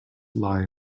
lie